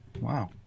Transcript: wow